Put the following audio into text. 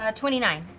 ah twenty nine.